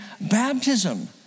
baptism